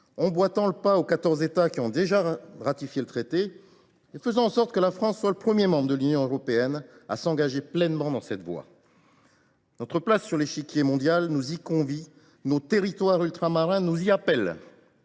Emboîtons le pas aux quatorze États qui ont déjà ratifié le traité et faisons en sorte que la France soit le premier membre de l’Union européenne à s’engager pleinement dans cette voie. Notre place sur l’échiquier mondial nous y convie, nos territoires ultramarins nous y appellent.